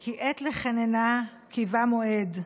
כי עת לחננה כי בא מועד.